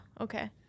Okay